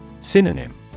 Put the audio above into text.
Synonym